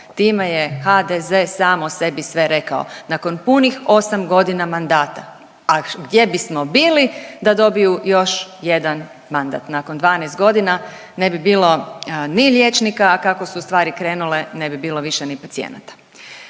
Time je HDZ sam o sebi sve rekao, nakon punih osam godina mandata. A gdje bismo bili da dobiju još jedan mandat? Nakon 12 godina ne bi bilo ni liječnika, a kako su stvari krenule ne bi bilo više ni pacijenata.